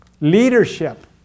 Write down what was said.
leadership